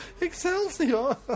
Excelsior